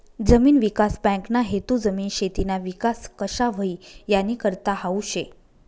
जमीन विकास बँकना हेतू जमीन, शेतीना विकास कशा व्हई यानीकरता हावू शे